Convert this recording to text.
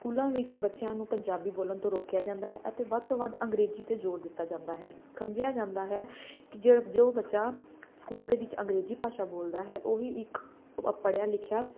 ਸਕੂਲਾਂ ਵਿੱਚ ਬੱਚਿਆਂ ਨੂੰ ਪੰਜਾਬੀ ਬੋਲਣ ਤੋਂ ਰੋਕਿਆ ਜਾਂਦਾ ਹੈ ਅਤੇ ਵੱਧ ਤੋਂ ਵੱਧ ਅੰਗਰੇਜ਼ੀ 'ਤੇ ਜ਼ੋਰ ਦਿੱਤਾ ਜਾਂਦਾ ਹੈ ਸਮਝਿਆ ਜਾਂਦਾ ਹੈ ਕਿ ਜਿ ਜੋ ਬੱਚਾ ਸਕੂਲ ਦੇ ਵਿੱਚ ਅੰਗਰੇਜ਼ੀ ਭਾਸ਼ਾ ਬੋਲਦਾ ਹੈ ਉਹੀ ਇੱਕ ਪੜ੍ਹਿਆ ਲਿਖਿਆ